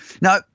Now